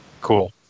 Cool